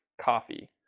coffee